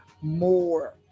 more